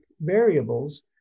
variables